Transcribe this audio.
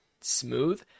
smooth